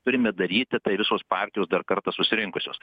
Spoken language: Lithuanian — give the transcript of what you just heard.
turime daryti tai visos partijos dar kartą susirinkusios